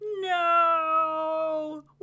no